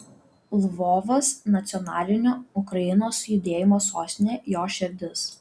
lvovas nacionalinio ukrainos judėjimo sostinė jo širdis